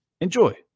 enjoy